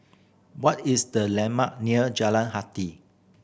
what is the landmark near Jalan Jati